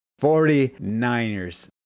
49ers